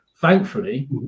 Thankfully